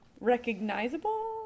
recognizable